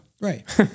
Right